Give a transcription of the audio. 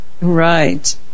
Right